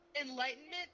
Enlightenment